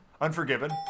Unforgiven